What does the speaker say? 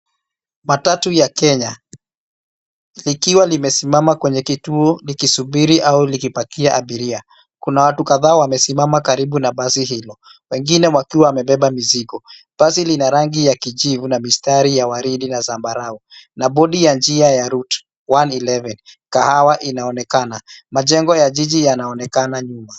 Matatu ya Kenya, likiwa limesimama kwenye kituo likisubiri au likipakia abiria. Kuna watu kadhaa wamesimama karibu na basi hilo, wengine wakiwa wamebeba mizigo. Basi lina rangi ya kijivu na mistari ya waridi na zambarau na bodi ya njia ya route one elven Kahawa inaonekana. Majengo ya jiji yanaonekana nyuma.